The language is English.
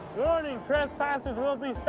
warning. trespassers will be